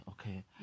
Okay